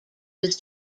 was